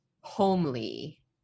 homely